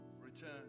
return